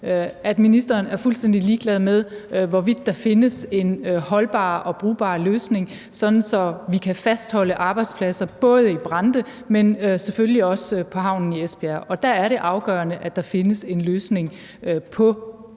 at ministeren er fuldstændig ligeglad med, hvorvidt der kan findes en holdbar og brugbar løsning, sådan at vi kan fastholde arbejdspladser både i Brande, men selvfølgelig også på havnen i Esbjerg. Der er det afgørende, at der findes en løsning på det